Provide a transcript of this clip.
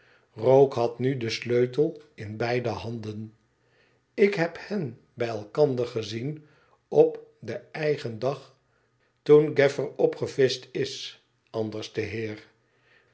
rogue had nu den sleutel in beide handen ik heb hen bij elkander gezien op den eigen dag toen gaflfer opge vischt b anderste heer